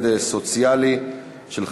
עובד סוציאלי),